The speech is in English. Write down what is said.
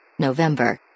November